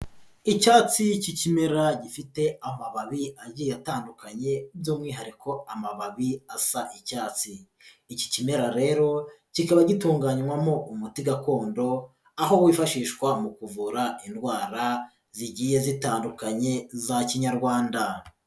Icyatsi cy'ikimera gifite amababi agiye atandukanye, by'umwihariko amababi amababi asa icyatsi. Iki kimera rero kikaba gitunganywamo umuti gakondo aho wifashishwa mu kuvura indwara zigiye zitandukanye za Kinyarwanda.